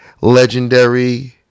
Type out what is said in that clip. legendary